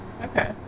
Okay